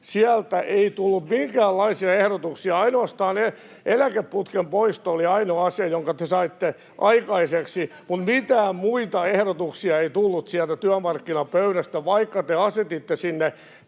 sieltä ei tullut minkäänlaisia ehdotuksia. Ainoastaan eläkeputken poisto oli ainoa asia, jonka te saitte aikaiseksi, mutta mitään muita ehdotuksia ei tullut sieltä työmarkkinapöydästä, vaikka te asetitte sinne